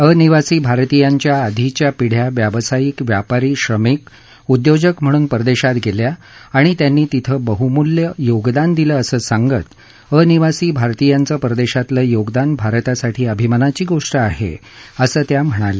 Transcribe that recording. अनिवासी भारतीयांच्या आधीच्या पिढ्या व्यावसायिक व्यापारी श्रमिक उद्योजक म्हणून परदेशात गेल्या आणि त्यांनी तिथे बहुमूल्य योगदान दिलं असं सांगत अनिवासी भारतीयांचं परदेशांतलं योगदान भारतासाठी अभिमानाची गोष्ट आहे असं त्या म्हणाल्या